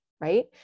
right